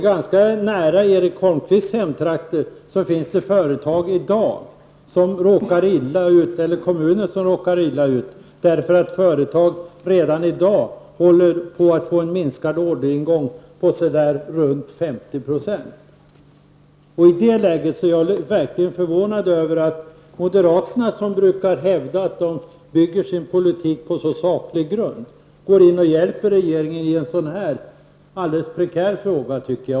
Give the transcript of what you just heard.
Ganska nära Erik Holmkvists hemtrakter finns det i dag kommuner som råkar illa ut, därför att företag redan i dag håller på att få en minskning av orderingången på i runt tal 50 96. I det läget är jag verkligen förvånad över att moderaterna, som brukar hävda att de bygger sin politik på saklig grund, går in och hjälper regeringen. Det är ju en alldeles prekär situation.